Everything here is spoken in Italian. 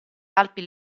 alpi